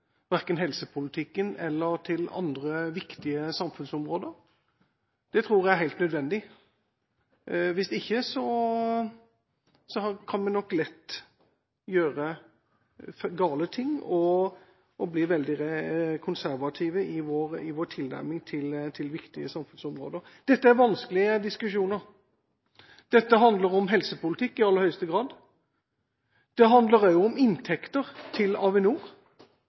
verken helsepolitikken eller andre viktige samfunnsområder. Det tror jeg er helt nødvendig. Hvis ikke kan vi nok lett gjøre gale ting og bli veldig konservative i vår tilnærming til viktige samfunnsområder. Dette er vanskelige diskusjoner. Dette handler om helsepolitikk, i aller høyeste grad. Det handler også om inntekter til Avinor.